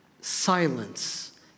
silence